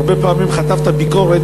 הרבה פעמים חטפת ביקורת,